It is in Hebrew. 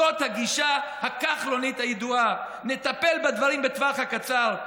זאת הגישה הכחלונית הידועה: נטפל בדברים בטווח הקצר,